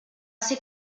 ser